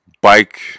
Bike